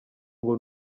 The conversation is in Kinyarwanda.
ngo